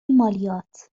مالیات